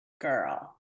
girl